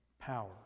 power